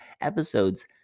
episodes